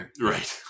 Right